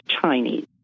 Chinese